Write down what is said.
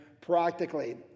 practically